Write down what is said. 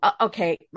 okay